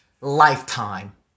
lifetime